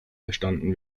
verstanden